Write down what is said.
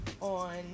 on